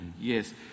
Yes